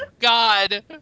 God